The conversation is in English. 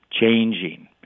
changing